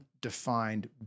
defined